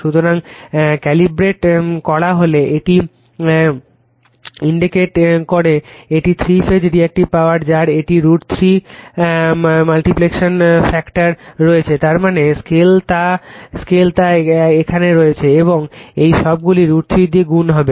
সুতরাং ক্যালিব্রেট করা হলে এটা ইন্ডিকেট করে একটি থ্রি ফেজ রিএক্টিভ পাওয়ার যার একটি √ 3 মাল্টিপ্লিকেশন ফ্যাক্টর রয়েছে তার মানে স্কেল তা এখানে রয়েছে এবং এই সবগুলি √ 3 দিয়ে গুন্ হবে